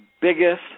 biggest